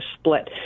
split